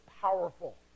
powerful